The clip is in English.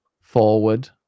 forward